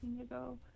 ago